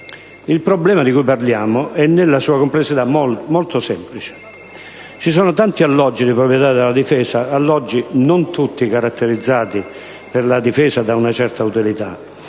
Il problema di cui parliamo, nella sua complessità, è molto, molto semplice. Ci sono tanti alloggi di proprietà della Difesa: alloggi non tutti caratterizzati, per la Difesa, da una certa utilità;